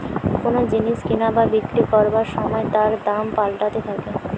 কোন জিনিস কিনা বা বিক্রি করবার সময় তার দাম পাল্টাতে থাকে